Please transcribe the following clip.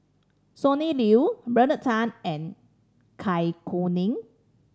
Sonny Liew Bernard Tan and Kuning